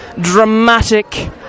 dramatic